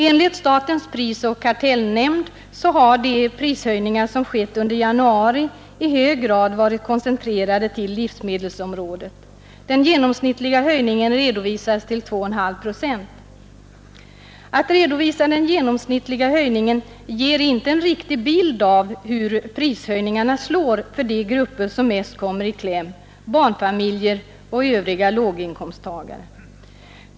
Enligt statens prisoch kartellnämnd har de prishöjningar som skett under januari i hög grad varit koncentrerade till livsmedelsområdet. Den genomsnittliga höjningen redovisas till 2,5 procent. Den genomsnittliga höjningen ger emellertid inte en riktig bild av hur prishöjningarna slår för de grupper som mest kommer i kläm, dvs. barnfamiljer och övriga låginkomsttagare.